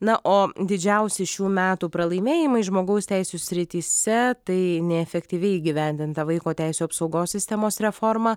na o didžiausi šių metų pralaimėjimai žmogaus teisių srityse tai neefektyviai įgyvendinta vaiko teisių apsaugos sistemos reforma